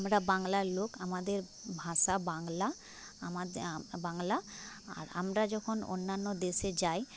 আমরা বাংলার লোক আমাদের ভাষা বাংলা আমাদের বাংলা আর আমরা যখন অন্যান্য দেশে যাই